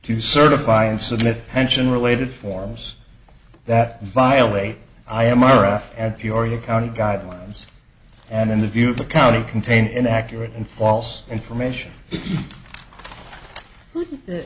to certify and submit pension related forms that violate i am ira at your your county guidelines and in the view of the county contained in accurate and false information